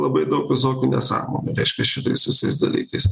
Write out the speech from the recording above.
labai daug visokių nesąmonių reiškia šitais visais dalykais